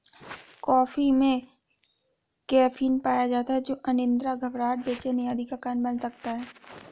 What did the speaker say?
coffee में caffeine पाया जाता है जो अनिद्रा, घबराहट, बेचैनी आदि का कारण बन सकता है